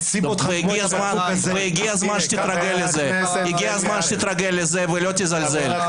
הגיע הזמן שתתרגל לזה ולא תזלזל.